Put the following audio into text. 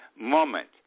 moment